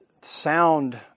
sound